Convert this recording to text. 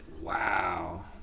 Wow